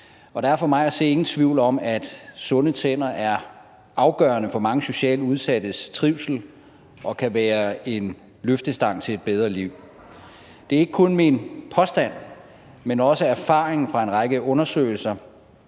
der er for mig at se ingen tvivl om, at sunde tænder er afgørende for mange socialt udsattes trivsel og kan være en løftestang til et bedre liv. Det er ikke kun min påstand, men også erfaringen fra en række undersøgelser,